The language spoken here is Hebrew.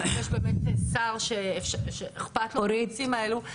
שעכשיו יש באמת שר שאכפת לו מהנושאים האלו,